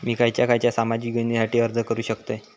मी खयच्या खयच्या सामाजिक योजनेसाठी अर्ज करू शकतय?